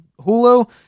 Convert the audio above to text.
Hulu